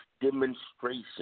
demonstration